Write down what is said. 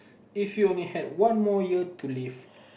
if you only had one more year to live